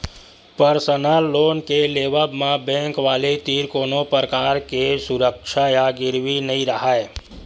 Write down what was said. personal loan के लेवब म बेंक वाले तीर कोनो परकार के सुरक्छा या गिरवी नइ राहय